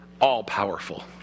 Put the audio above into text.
all-powerful